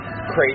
crazy